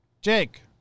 Jake